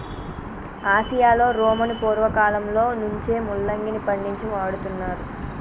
ఆసియాలో రోమను పూర్వకాలంలో నుంచే ముల్లంగిని పండించి వాడుతున్నారు